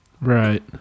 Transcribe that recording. Right